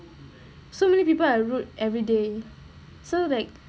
so many people are rude every day so like